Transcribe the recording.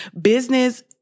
Business